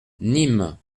nîmes